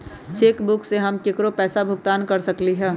cheque book से हम केकरो पैसा भुगतान कर सकली ह